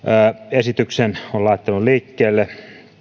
esityksen on laittanut liikkeelle